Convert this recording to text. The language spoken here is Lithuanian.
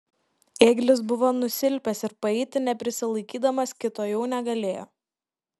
ėglis buvo nusilpęs ir paeiti neprisilaikydamas kito jau negalėjo